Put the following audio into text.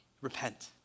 repent